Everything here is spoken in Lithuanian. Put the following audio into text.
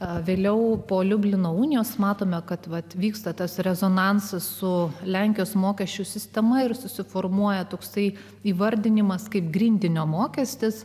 o vėliau po liublino unijos matome kad vat vyksta tas rezonansas su lenkijos mokesčių sistema ir susiformuoja toksai įvardinimas kaip grindinio mokestis